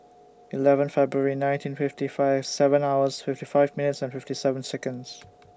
eleven February nineteen fifty five seven hours fifty five minutes and fifty seven Seconds